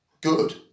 good